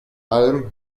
alm